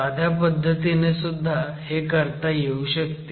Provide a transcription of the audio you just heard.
साध्या पद्धतीने सुद्धा हे करता येऊ शकते